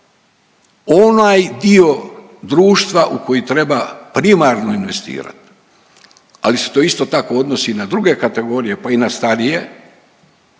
onaj dio društva u koji treba primarno investirati. Ali se to isto tako odnosi i na druge kategorije, pa i na starije,